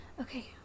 Okay